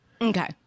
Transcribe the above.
Okay